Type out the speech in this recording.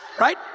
right